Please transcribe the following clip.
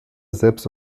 selbst